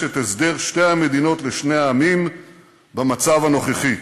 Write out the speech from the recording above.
את הסדר שתי המדינות לשני העמים במצב הנוכחי.